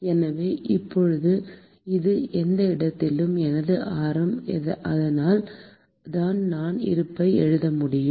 எனவே இப்போது இது எந்த இடத்திலும் எனது ஆரம் அதனால் நான் எனது இருப்பை எழுத முடியும்